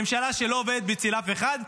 ממשלה שלא עובדת אצל אף אחד.